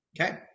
okay